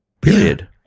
period